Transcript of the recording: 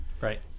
Right